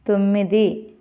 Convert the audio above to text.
తొమ్మిది